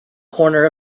corner